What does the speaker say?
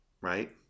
Right